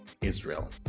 Israel